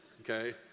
Okay